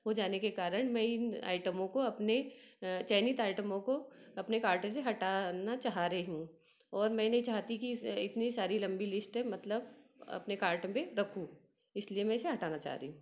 हो जाने के कारण मैं इन आइटमों को अपने चयनित आइटमों को अपने कार्ड से हटाना चाह रही हूँ और मैं नहीं चाहती कि इस इतनी सारी लम्बी लिस्ट है मतलब अपने कार्ट में रखूँ इसलिए मैं इसे हटाना चाह रही हूँ